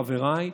חבריי: